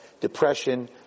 depression